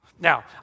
Now